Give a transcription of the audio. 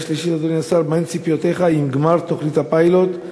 3. מה הן ציפיותיך עם גמר תוכנית הפיילוט,